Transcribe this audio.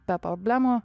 be problemų